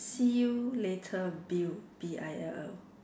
see you later Bill B I L L